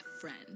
friend